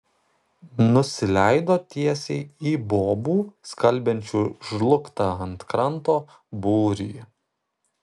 nusileido tiesiai į bobų skalbiančių žlugtą ant kranto būrį